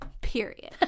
Period